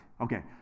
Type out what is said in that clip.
Okay